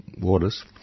waters